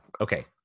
okay